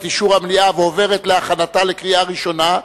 אישור המליאה ועוברת להכנתה לקריאה ראשונה,